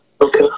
Okay